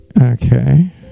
okay